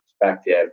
perspective